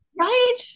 right